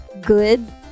good